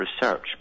research